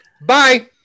Bye